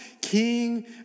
King